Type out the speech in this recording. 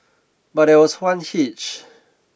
but there was one hitch